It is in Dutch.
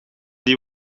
die